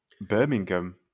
Birmingham